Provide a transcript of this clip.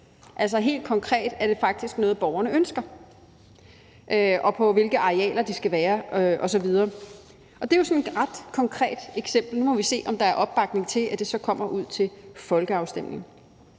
– helt konkret er det faktisk noget, borgerne ønsker – og på hvilke arealer de skal være osv. Og det er jo sådan et ret konkret eksempel, og nu må vi se, om der er opbakning til, at det så kommer ud til folkeafstemning.